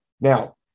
Now